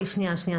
שנייה.